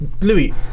Louis